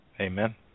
Amen